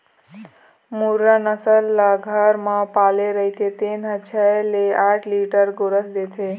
मुर्रा नसल ल घर म पाले रहिथे तेन ह छै ले आठ लीटर गोरस देथे